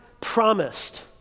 promised